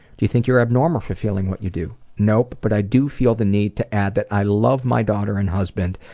do you think you're abnormal for feeling what you do nope, but i do feel the need to add that i love my daughter and husband,